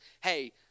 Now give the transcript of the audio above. hey